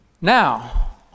Now